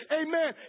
amen